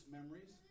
Memories